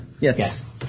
Yes